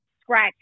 Scratch